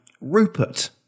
Rupert